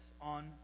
on